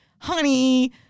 Honey